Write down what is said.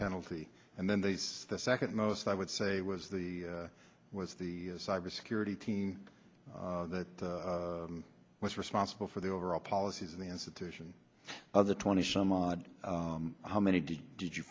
penalty and then these the second most i would say was the was the cyber security team that was responsible for the overall policies of the institution of the twenty some odd how many did you